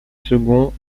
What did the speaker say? seconds